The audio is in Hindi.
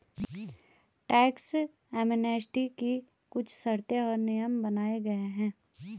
टैक्स एमनेस्टी की कुछ शर्तें और नियम बनाये गये हैं